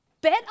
bet